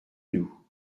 nous